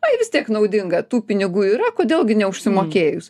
ai vis tiek naudinga tų pinigų yra kodėl gi neužsimokėjus